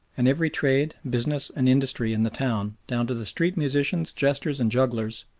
and every trade, business, and industry in the town, down to the street musicians, jesters, and jugglers,